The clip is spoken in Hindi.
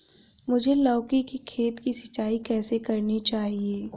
मुझे लौकी के खेत की सिंचाई कैसे करनी चाहिए?